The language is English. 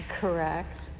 correct